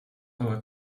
aber